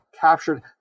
captured